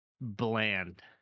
bland